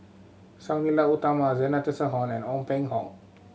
Sang Nila Utama Zena Tessensohn and Ong Peng Hock